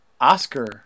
Oscar